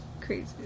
Crazy